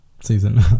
season